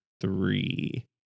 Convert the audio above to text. three